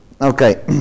Okay